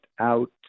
out